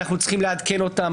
אנחנו צריכים לעדכן אותם,